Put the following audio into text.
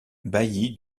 bailli